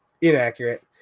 Inaccurate